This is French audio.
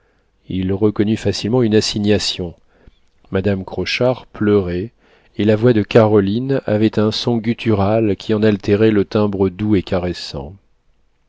il reconnut facilement une assignation madame crochard pleurait et la voix de caroline avait un son guttural qui en altérait le timbre doux et caressant